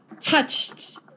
touched